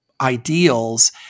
ideals